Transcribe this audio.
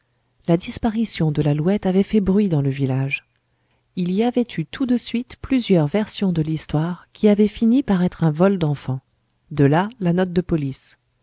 la disparition de l'alouette avait fait bruit dans le village il y avait eu tout de suite plusieurs versions de l'histoire qui avait fini par être un vol d'enfant de là la note de police